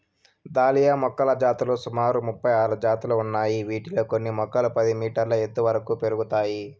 dahlia మొక్కల జాతులు సుమారు ముపై ఆరు జాతులు ఉన్నాయి, వీటిలో కొన్ని మొక్కలు పది మీటర్ల ఎత్తు వరకు పెరుగుతాయి